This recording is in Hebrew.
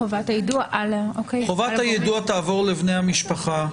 חובת היידוע תעבור לבני המשפחה,